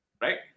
Right